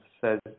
says